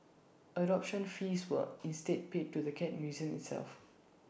adoption fees were instead paid to the cat museum itself